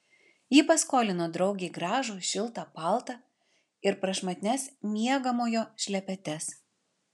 ji paskolino draugei gražų šiltą paltą ir prašmatnias miegamojo šlepetes